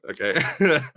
okay